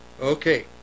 Okay